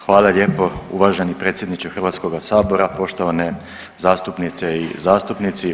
Hvala lijepo uvaženi predsjedniče HS-a, poštovane zastupnice i zastupnici.